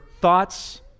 thoughts